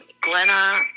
Glenna